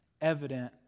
evident